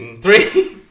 three